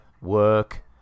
work